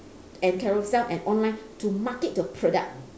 and carousell and online to market the product